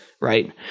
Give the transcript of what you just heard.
right